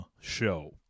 show